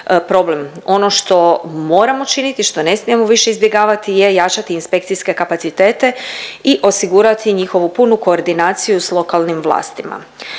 ono što moramo učiniti i što ne smijemo više izbjegavati je jačati inspekcijske kapacitete i osigurati njihovu punu koordinaciju s lokalnim vlastima.